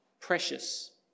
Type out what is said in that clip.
precious